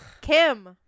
Kim